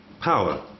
power